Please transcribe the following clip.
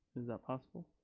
is that possible?